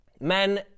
Men